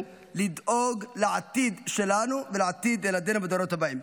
לדאוג לעתיד שלנו ולעתיד ילדינו ולדורות הבאים.